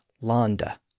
landa